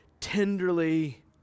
tenderly